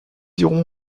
iront